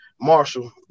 Marshall